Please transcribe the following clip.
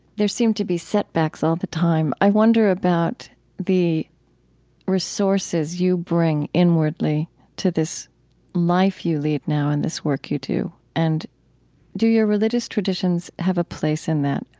there seem to be setbacks all the time, i wonder about the resources you bring inwardly to this life you lead now and this work you do. and do your religious traditions have a place in that,